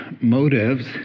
motives